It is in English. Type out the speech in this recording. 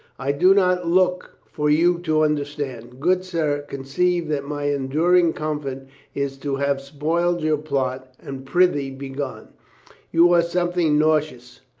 i do not look for you to understand. good sir, conceive that my enduring comfort is to have spoiled your plot. and prithee, be gone. you are something nauseous.